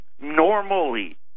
normally